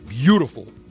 Beautiful